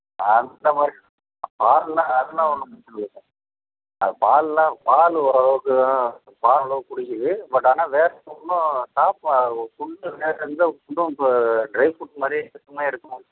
அந்த மாதிரி பா பால்லெலாம் அதெல்லாம் ஒன்றும் பிரச்சின இல்லை சார் அது பால்லெலாம் பால் ஓரளவுக்கெலாம் பால்லெலாம் குடிக்கிது பட் ஆனால் வேறு ஒன்றும் சாப்பாடு ஃபுட்டு வேறு எந்த ஃபுட்டும் இப்போ ட்ரை ஃபுட்டு மாதிரி எதுவுமே எடுத்துக்க